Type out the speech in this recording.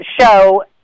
show